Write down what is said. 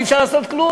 אי-אפשר לעשות כלום.